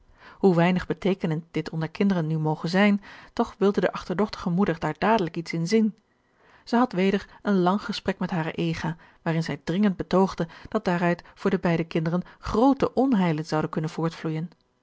een ongeluksvogel teekenend dit onder kinderen nu moge zijn toch wilde de achterdochtige moeder daar dadelijk iets in zien zij had weder een lang gesprek met haren ega waarin zij dringend betoogde dat daaruit voor de beide kinderen groote onheilen zouden kunnen